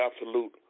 absolute